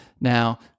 now